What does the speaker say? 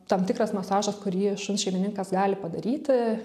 tam tikras masažas kurį šuns šeimininkas gali padaryti